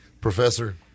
Professor